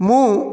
ମୁଁ